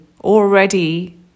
already